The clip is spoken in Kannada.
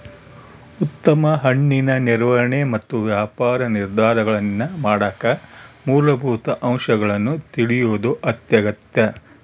ಉತ್ತಮ ಹಣ್ಣಿನ ನಿರ್ವಹಣೆ ಮತ್ತು ವ್ಯಾಪಾರ ನಿರ್ಧಾರಗಳನ್ನಮಾಡಕ ಮೂಲಭೂತ ಅಂಶಗಳನ್ನು ತಿಳಿಯೋದು ಅತ್ಯಗತ್ಯ